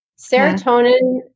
Serotonin